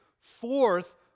Fourth